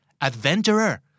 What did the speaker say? Adventurer